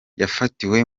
yafatiwe